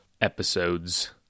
episodes